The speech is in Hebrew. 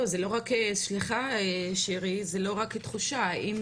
זה לא רק תחושה, אם